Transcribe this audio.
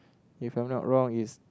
if I'm not wrong is